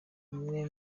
bamwe